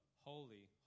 holy